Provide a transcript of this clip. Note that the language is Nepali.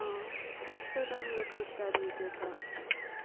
अँ कस्तो राम्रो कुर्ता नि त्यो त